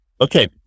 okay